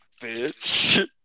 Bitch